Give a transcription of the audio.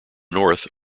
north